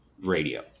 radio